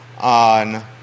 on